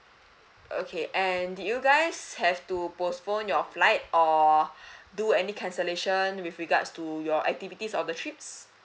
okay and did you guys have to postpone your flight or do any cancellation with regards to your activities or the trips